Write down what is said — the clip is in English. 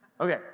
Okay